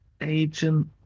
Agent